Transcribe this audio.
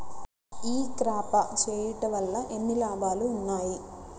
ఈ క్రాప చేయుట వల్ల ఎన్ని లాభాలు ఉన్నాయి?